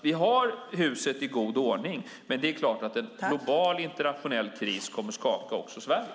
Vi har huset i god ordning, men det är klart att en global internationell kris också kommer att skaka Sverige.